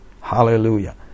Hallelujah